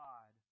God